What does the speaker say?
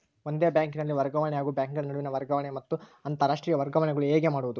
ಒಂದೇ ಬ್ಯಾಂಕಿನಲ್ಲಿ ವರ್ಗಾವಣೆ ಹಾಗೂ ಬ್ಯಾಂಕುಗಳ ನಡುವಿನ ವರ್ಗಾವಣೆ ಮತ್ತು ಅಂತರಾಷ್ಟೇಯ ವರ್ಗಾವಣೆಗಳು ಹೇಗೆ ಮಾಡುವುದು?